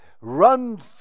run